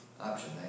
option